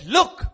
Look